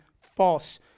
False